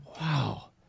Wow